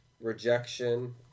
rejection